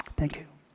thank you.